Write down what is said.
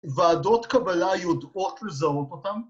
‫וועדות קבלות ידעות לזהות אותם.